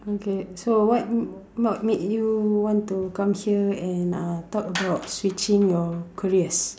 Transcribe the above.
okay so what made you want to come here and uh talk about switching your careers